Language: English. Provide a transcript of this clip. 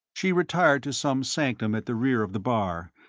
she retired to some sanctum at the rear of the bar,